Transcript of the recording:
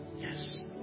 Yes